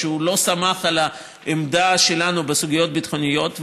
שהוא לא סמך על העמדה שלנו בסוגיות ביטחוניות,